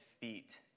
feet